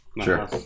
sure